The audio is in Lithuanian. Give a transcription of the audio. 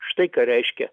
štai ką reiškia